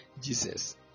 Jesus